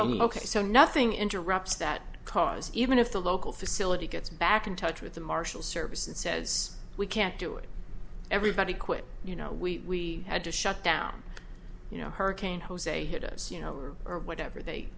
me ok so nothing interrupts that cause even if the local facility gets back in touch with the marshal service and says we can't do it everybody quit you know we had to shut down you know hurricane jose hit us you know or whatever they